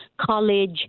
college